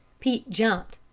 pete jumped.